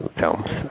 films